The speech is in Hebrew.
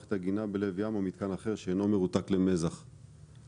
מערכת עגינה בלב ים או מיתקן אחר שאינו מרותק למזח ".